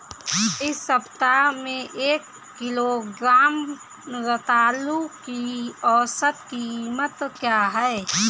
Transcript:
इस सप्ताह में एक किलोग्राम रतालू की औसत कीमत क्या है?